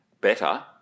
better